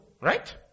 right